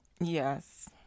Yes